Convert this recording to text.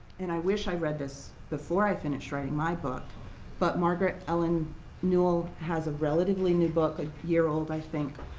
and i wish i'd read this before i finished writing my book but margaret ellen newell has a relatively new book, a year old i think,